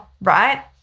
right